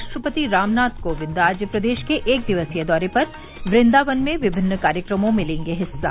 राष्ट्रपति रामनाथ कोविंद आज प्रदेश के एक दिवसीय दौरे पर वृंदावन में विभिन्न कार्यक्रमों में लेंगे हिस्सा